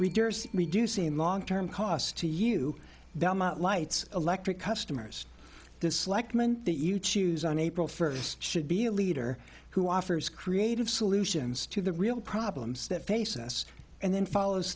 s reducing long term costs to you belmont lights electric customers dislike men that you choose on april first should be a leader who offers creative solutions to the real problems that face us and then follows